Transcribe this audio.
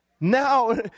now